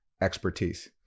expertise